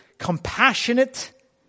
compassionate